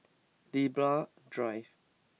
Libra Drive